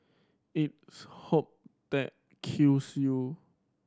it's hope that kills you